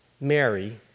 Mary